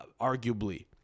Arguably